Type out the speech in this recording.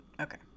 okay